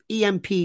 EMP